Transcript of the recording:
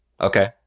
Okay